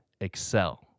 excel